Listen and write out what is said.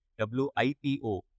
WIPO